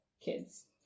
kids